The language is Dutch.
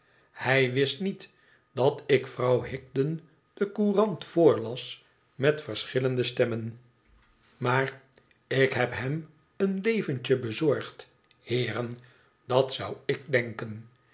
hij wist niet dat ik vrouw higden de courant voorlas met verschillende stemmen maar ik heb hem een leventje bezorgd heeren dat zou ik denken